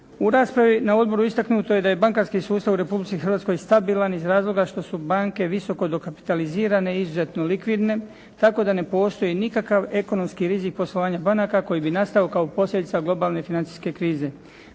U raspravi na odboru istaknuto je da je bankarski sustav u Republici Hrvatskoj stabilan iz razloga što su banke visoko dokapitalizirane i izuzetno likvidne, tako da ne postoji nikakav ekonomski rizik poslovanja banaka koji bi nastao kao posljedica globalne financijske krize.